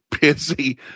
busy